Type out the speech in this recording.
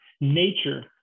nature